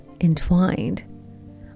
entwined